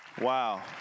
Wow